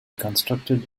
constructed